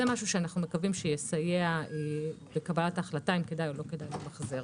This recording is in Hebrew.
זה משהו שאנו מקווים שיסייע בקבלת החלטה אם כדאי או לא כדאי למחזר.